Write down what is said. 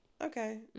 okay